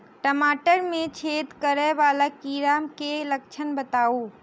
टमाटर मे छेद करै वला कीड़ा केँ लक्षण बताउ?